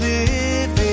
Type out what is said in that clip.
Living